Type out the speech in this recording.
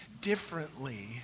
Differently